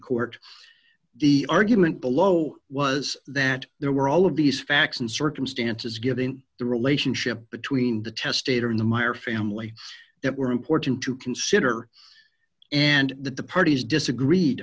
court the argument below was that there were all of these facts and circumstances given the relationship between the testator in the mire family that were important to consider and that the parties disagreed